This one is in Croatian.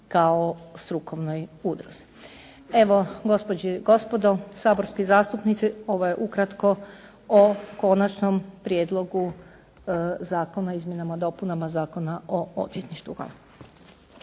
kao strukovnoj udruzi. Evo gospođe i gospodo saborski zastupnici ovo je ukratko o konačnom prijedlogu Zakona, o izmjenama i dopunama zakona o odvjetništvu.